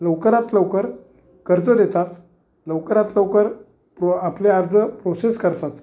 लवकरात लवकर कर्ज देतात लवकरात लवकर प्रो आपले अर्ज प्रोसेस करतात